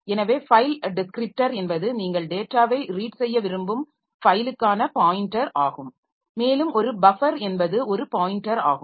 எனவே file descriptor என்பது நீங்கள் டேட்டாவை ரீட் செய்ய விரும்பும் ஃபைலுக்கான பாய்ன்டர் ஆகும் மேலும் ஒரு பஃபர் என்பது ஒரு பாய்ன்டர் ஆகும்